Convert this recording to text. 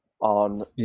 on